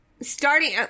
starting